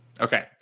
okay